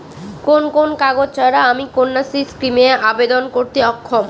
কোন কোন কাগজ ছাড়া আমি কন্যাশ্রী স্কিমে আবেদন করতে অক্ষম?